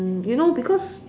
you know because